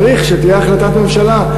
צריך שתהיה החלטת ממשלה,